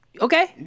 Okay